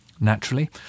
Naturally